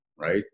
right